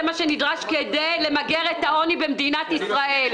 אותם המיליארדים הם מה שנדרש כדי למגר את העוני במדינת ישראל.